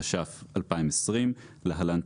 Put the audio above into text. התש"ף-2020 (להלן,